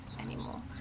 anymore